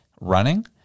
running